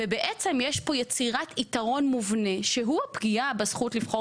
ובעצם יש פה יצירת יתרון מובנה שהוא הפגיעה בזכות לבחור